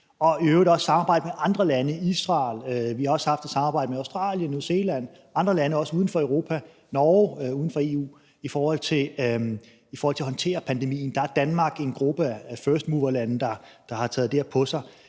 og vi har også haft et samarbejde med Australien, New Zealand, andre lande også uden for Europa, Norge, uden for EU. I forhold til at håndtere pandemien er Danmark i en gruppe af firstmoverlande, der har taget det her på sig,